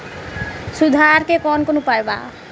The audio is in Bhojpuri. सुधार के कौन कौन उपाय वा?